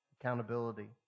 Accountability